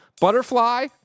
butterfly